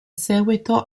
seguito